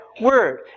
word